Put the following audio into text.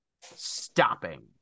stopping